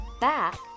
back